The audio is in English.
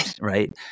right